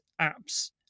apps